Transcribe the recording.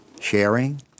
sharing